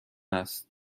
است